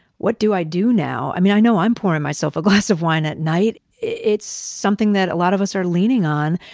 what do i do now? i mean, i know i'm pouring myself a glass of wine at night. it's something that a lot of us are leaning on.